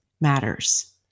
matters